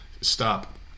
stop